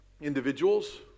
individuals